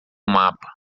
mapa